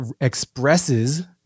expresses